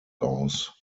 aus